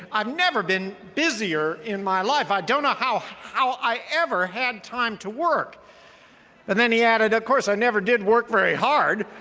i've never been busyier in my life. i don't know how how i ever had time to work and then he added, of course, i never did work very hard.